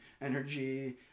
energy